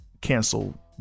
cancel